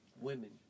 women